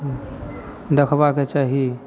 देखबाके चाही